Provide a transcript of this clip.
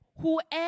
whoever